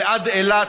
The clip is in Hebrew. ועד אילת,